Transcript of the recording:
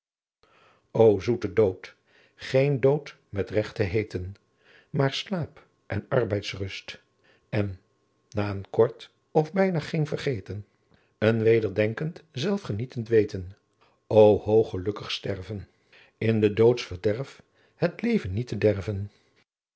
zoete dood geen dood met regt te heeten maar slaap en arheids rust en na een kort of bijna geen vergeten adriaan loosjes pzn het leven van maurits lijnslager een weder denkend zelf genietend weten o hoog gelukkig sterven in doods verderf het leven niet te derven